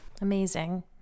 amazing